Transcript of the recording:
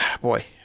Boy